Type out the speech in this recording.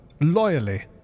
loyally